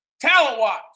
talent-wise